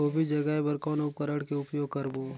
गोभी जगाय बर कौन उपकरण के उपयोग करबो?